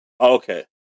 okay